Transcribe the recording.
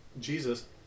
Jesus